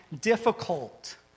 difficult